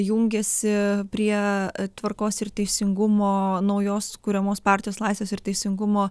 jungiasi prie tvarkos ir teisingumo naujos kuriamos partijos laisvės ir teisingumo